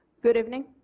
good evening.